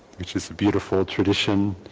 which is a beautiful tradition,